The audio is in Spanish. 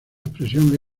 expresión